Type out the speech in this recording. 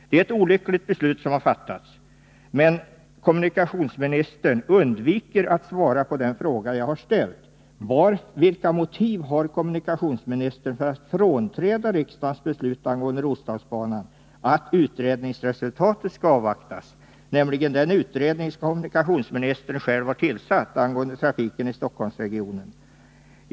Det är ett olyckligt beslut som har fattats. Men kommunikationsministern undviker att svara på den fråga som jag har ställt: Vilka motiv har kommunikationsministern för att frånträda riksdagens beslut angående Roslagsbanan att utredningsresultatet skall avvaktas? — nämligen resultatet av den utredning som kommunikationsministern själv har tillsatt för utredning av trafiken i Stockholmsregionen.